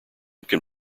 can